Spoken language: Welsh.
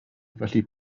felly